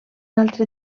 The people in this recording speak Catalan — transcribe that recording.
altre